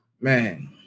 Man